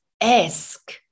Ask